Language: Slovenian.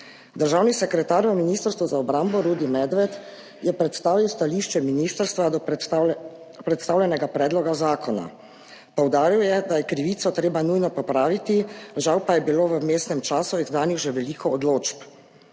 Državni sekretar na Ministrstvu za obrambo Rudi Medved je predstavil stališče ministrstva do predstavljenega predloga zakona. Poudaril je, da je krivico treba nujno popraviti, žal pa je bilo v vmesnem času izdanih že veliko odločb.